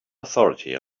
authority